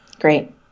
Great